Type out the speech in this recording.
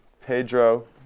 Pedro